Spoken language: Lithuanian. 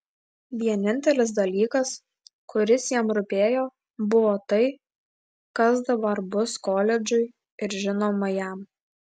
vienintelis dalykas kuris jam rūpėjo buvo tai kas dabar bus koledžui ir žinoma jam